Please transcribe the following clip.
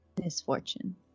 misfortune